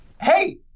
hey